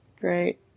great